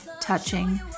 touching